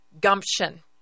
gumption